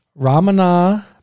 Ramana